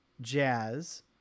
jazz